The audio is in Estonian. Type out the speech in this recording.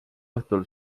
õhtul